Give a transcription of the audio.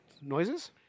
Noises